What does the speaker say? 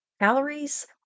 calories